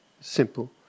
simple